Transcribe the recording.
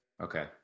okay